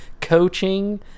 coaching